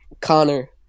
Connor